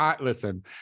listen